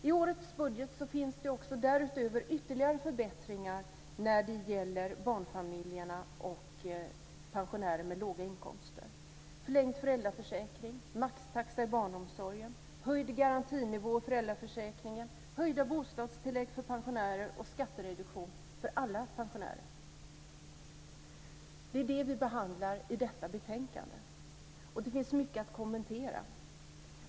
I årets budget finns därutöver ytterligare förbättringar för barnfamiljerna och pensionärer med låga inkomster. Det är förlängd föräldraförsäkring, maxtaxa i barnomsorgen, höjd garantinivå i föräldraförsäkringen, höjda bostadstillägg för pensionärer och skattereduktion för alla pensionärer. Det är vad vi behandlar i detta betänkande. Det finns mycket att kommentera.